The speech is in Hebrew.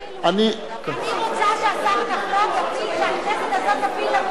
אני רוצה שהשר כחלון יגיד שהכנסת הזאת תפיל לנו את ההצעה.